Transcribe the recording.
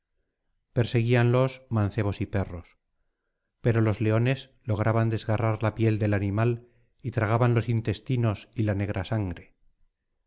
mugidos perseguíanlos mancebos y perros pero los leones lograban desgarrar la piel del animal y tragaban los intestinos y la negra sangre